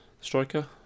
striker